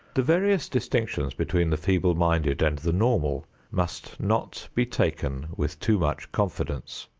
the various distinctions between the feeble-minded and the normal must not be taken with too much confidence.